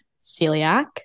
celiac